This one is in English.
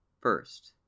first